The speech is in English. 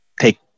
take